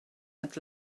had